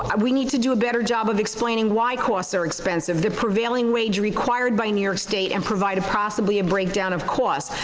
um we need to do a better job of explaining why costs are expensive, the prevailing wage required by new york state and provide possibly a breakdown of costs,